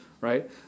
right